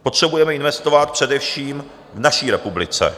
Potřebujeme investovat především v naší republice.